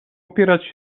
opierać